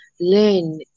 learn